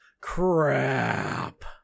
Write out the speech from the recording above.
Crap